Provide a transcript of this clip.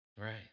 Right